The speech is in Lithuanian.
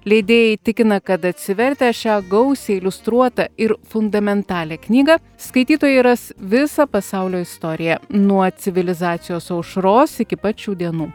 leidėjai tikina kad atsivertę šią gausiai iliustruotą ir fundamentalią knygą skaitytojai ras visą pasaulio istoriją nuo civilizacijos aušros iki pat šių dienų